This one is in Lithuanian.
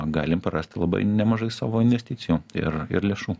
galim prarasti labai nemažai savo investicijų ir ir lėšų